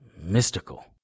mystical